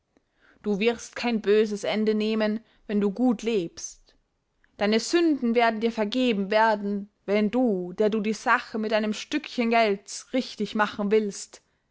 du wirst kein böses ende nehmen wenn du gut lebst deine sünden werden dir vergeben werden wenn du der du die sache mit einem stückchen gelds richtig machen willt